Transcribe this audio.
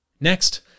Next